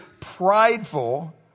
prideful